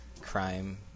crime